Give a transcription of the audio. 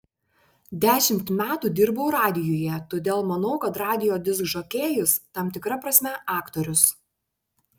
dešimt metų dirbau radijuje todėl manau kad radijo diskžokėjus tam tikra prasme aktorius